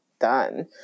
done